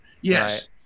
Yes